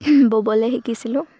ব'বলৈ শিকিছিলোঁ